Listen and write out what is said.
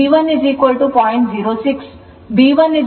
08 g 1 0